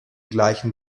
gleichen